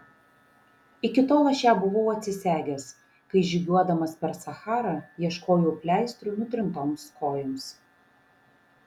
iki tol aš ją buvau atsisegęs kai žygiuodamas per sacharą ieškojau pleistrų nutrintoms kojoms